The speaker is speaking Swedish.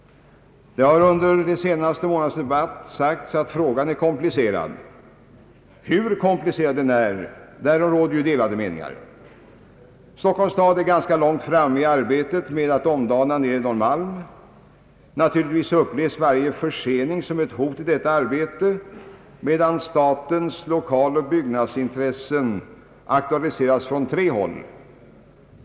Det har under de senaste månadernas debatt sagts att frågan är komplicerad. Hur komplicerad den är, därom råder delade meningar. Stockholms stad är ganska långt framme i arbetet med att omdana Nedre Norrmalm. Naturligtvis upplevs varje försening som ett hot i detta arbete medan statens lokaloch byggnadsintressen aktualiseras från tre håll.